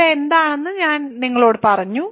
ഇവ എന്താണെന്ന് ഞാൻ നിങ്ങളോട് പറഞ്ഞു